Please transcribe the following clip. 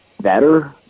better